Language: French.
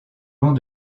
long